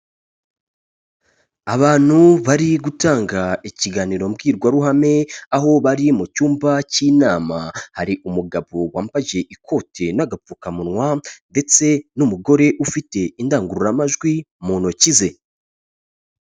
Abantu bari gutanga ikiganiro mbwirwaruhame, aho bari mu cyumba cy'inama, hari umugabo wambaje ikote n'agapfukamunwa ndetse n'umugore ufite indangururamajwi mu ntoki ze.